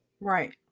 right